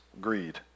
greed